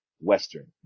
Western